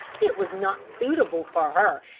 it was not suitable for her,